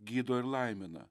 gydo ir laimina